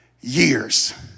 years